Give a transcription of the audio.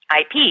IP